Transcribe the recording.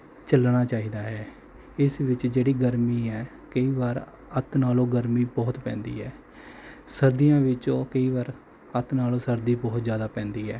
ਚੱਲਣਾ ਚਾਹੀਦਾ ਹੈ ਇਸ ਵਿੱਚ ਜਿਹੜੀ ਗਰਮੀ ਹੈ ਕਈ ਵਾਰ ਅੱਤ ਨਾਲੋਂ ਗਰਮੀ ਬਹੁਤ ਪੈਂਦੀ ਹੈ ਸਰਦੀਆਂ ਵਿੱਚ ਕਈ ਵਾਰ ਅੱਤ ਨਾਲੋਂ ਸਰਦੀ ਬਹੁਤ ਜ਼ਿਆਦਾ ਪੈਂਦੀ ਹੈ